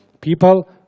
people